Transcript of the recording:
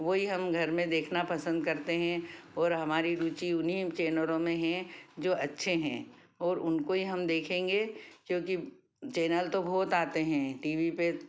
वह ही हम घर में देखना पसंद करते हैं और हमारी रूचि उन्हीं चैनलों में है जो अच्छे हैं और उनको ही हम देखेंगे क्योंकि चैनल तो बहुत आते हैं टी वी पर